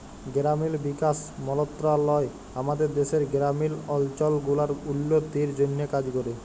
গেরামিল বিকাশ মলত্রলালয় আমাদের দ্যাশের গেরামিল অলচল গুলার উল্ল্য তির জ্যনহে কাজ ক্যরে